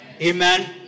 Amen